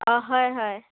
অঁ হয় হয়